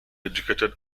educated